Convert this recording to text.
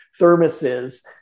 thermoses